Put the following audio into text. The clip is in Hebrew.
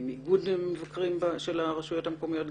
עם איגוד המבקרים ברשויות המקומיות.